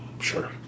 Sure